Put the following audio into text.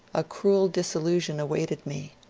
a cruel disillusion awaited me.